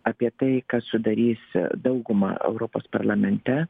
apie tai kas sudarys daugumą europos parlamente